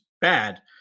bad